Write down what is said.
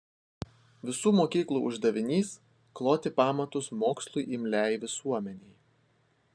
visų mokyklų uždavinys kloti pamatus mokslui imliai visuomenei